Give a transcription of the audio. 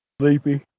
sleepy